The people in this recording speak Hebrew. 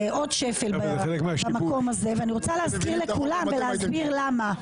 זה עוד שפל מהמקום הזה ואני רוצה להסביר למה.